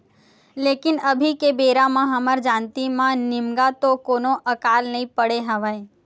लेकिन अभी के बेरा म हमर जानती म निमगा तो कोनो अकाल नइ पड़े हवय